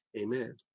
amen